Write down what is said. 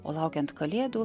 o laukiant kalėdų